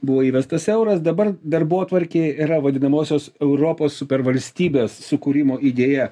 buvo įvestas euras dabar darbotvarkėj yra vadinamosios europos supervalstybės sukūrimo idėja